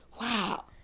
wow